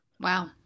Wow